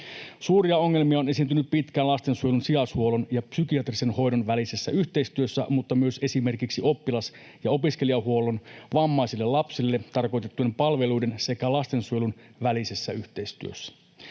Suuria ongelmia on esiintynyt pitkään lastensuojelun sijaishuollon ja psykiatrisen hoidon välisessä yhteistyössä, mutta myös esimerkiksi oppilas- ja opiskelijahuollon, vammaisille lapsille tarkoitettujen palveluiden sekä lastensuojelun välisessä yhteistyössä.